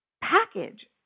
package